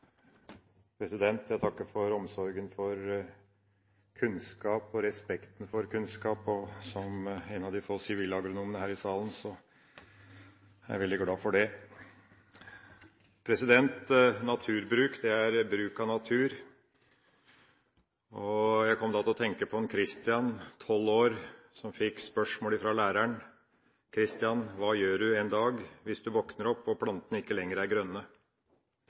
Jeg takker for omsorgen for kunnskap og respekten for kunnskap. Som en av de få sivilagronomene her i salen er jeg veldig glad for det. Naturbruk er bruk av natur. Jeg kom til å tenke på Kristian, tolv år, som fikk spørsmål fra læreren: Kristian, hva gjør du hvis du våkner opp en dag og plantene ikke lenger er grønne?